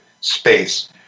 space